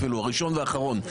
הראשון והאחרון,